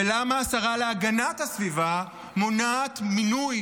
ולמה השרה להגנת הסביבה מונעת מינוי